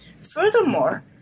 Furthermore